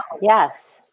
Yes